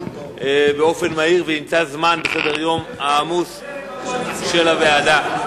וימצא זמן בסדר-יום העמוס של הוועדה.